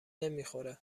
نمیخوره